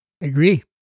Agree